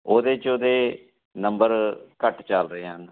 ਉਹਦੇ 'ਚ ਉਹਦੇ ਨੰਬਰ ਘੱਟ ਚੱਲ ਰਹੇ ਹਨ